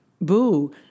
boo